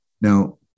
Now